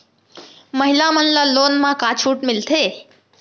महिला मन ला लोन मा का छूट मिलथे?